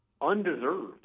undeserved